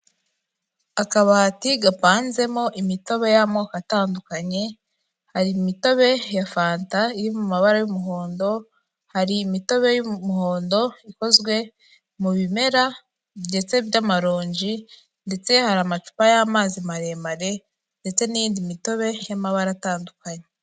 Akabati gapanzemo imitobe y'amoko atandukanye, hari imitobe ya fanta iri mu mabara y'umuhondo, hari imitobe y'umuhondo ikozwe mu bimera ndetse by'amaronji, ndetse hari amacupa y'amazi maremare ndetse n'iyindi mitobe y'amabara atandukanye.